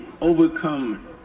overcome